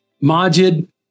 Majid